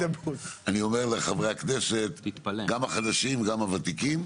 לחברי הכנסת, גם החדשים וגם הוותיקים,